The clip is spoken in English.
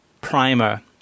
primer